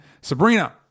Sabrina